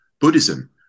Buddhism